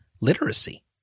literacy